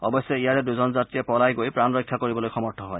অৱশ্যে ইয়াৰে দুজন যাত্ৰীয়ে পলাই গৈ প্ৰাণৰক্ষা কৰিবলৈ সমৰ্থ হয়